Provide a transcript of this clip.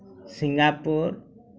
Singapore